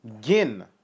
Gin